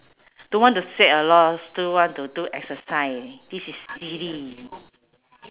don't want to sweat a lot still want to do exercise this is silly